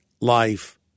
life